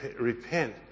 repent